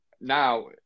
now